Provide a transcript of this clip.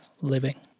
living